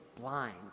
blind